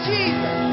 Jesus